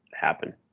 happen